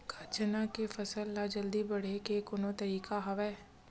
का चना के फसल ल जल्दी बढ़ाये के कोनो तरीका हवय?